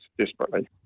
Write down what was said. desperately